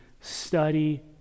study